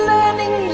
Learning